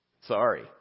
sorry